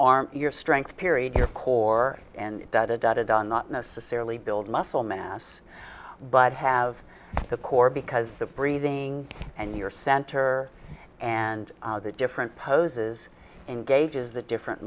arm your strength period your core and the data done not necessarily build muscle mass but have the core because the breathing and your center and the different poses engages the different